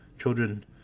Children